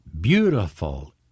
beautiful